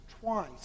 twice